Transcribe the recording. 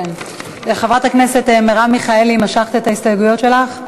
חברת הכנסת מרב מיכאלי, משכת את ההסתייגויות שלך?